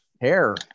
hair